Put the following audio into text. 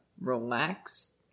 relax